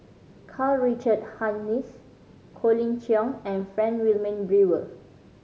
Karl Richard Hanitsch Colin Cheong and Frank Wilmin Brewer